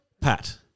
Pat